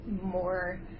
more